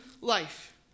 life